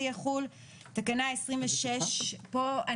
תקופת הקורונה הניבה הרבה רעיונות יצירתיים,